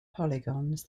polygons